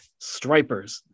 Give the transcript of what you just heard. Stripers